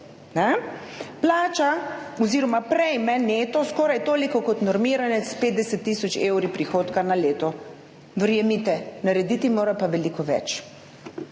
plača oziroma prejme neto skoraj toliko kot normiranec s 50 tisoč evri prihodka na leto. Verjemite, narediti mora pa veliko več.